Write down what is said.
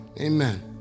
Amen